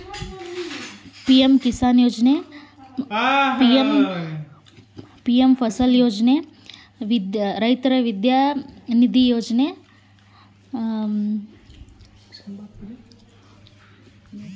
ರೈತರಿಗೆ ರೊಕ್ಕದ ಸಹಾಯ ಸಿಗುವಂತಹ ಸರ್ಕಾರಿ ಯೋಜನೆಗಳು ಯಾವುವು?